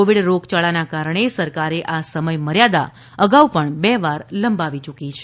Covid રોગયાળાને કારણે સરકારે આ સમયમર્યાદા અગાઉ બે વાર લંબાવી યુકી છે